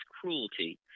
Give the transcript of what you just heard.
cruelty